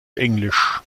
englisch